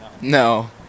No